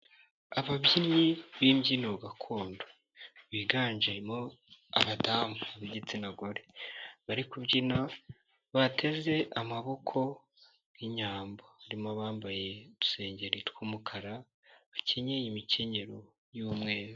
Ababyinnyi b'imbyino gakondo biganjemo abadamu b'igitsina gore bari kubyina bateze amaboko nk'inyambo, harimo abambaye udusengeri tw'umukara bakenye imikenyero y'umweru.